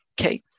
okay